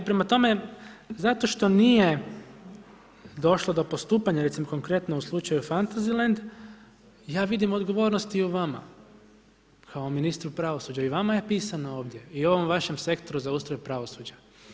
I prema tome, zato što nije došlo do postupanja, recimo konkretno u slučaju fantazy land, ja vidim odgovornost i u vama kao ministru pravosuđa i vama je pisano ovdje i ovom vašem sektoru za ustroj pravosuđa.